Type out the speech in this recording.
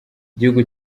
igihugu